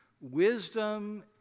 Wisdom